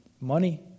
money